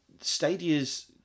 Stadia's